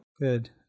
Good